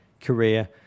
career